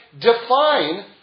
define